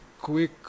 quick